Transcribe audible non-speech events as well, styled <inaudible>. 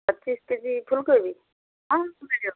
ପଚିଶ K G ଫୁଲକୋବି <unintelligible>